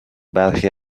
برخی